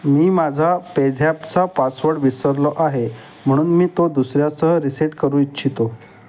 मी माझा पेझॅपचा पासवर्ड विसरलो आहे म्हणून मी तो दुसऱ्यासह रिसेट करू इच्छितो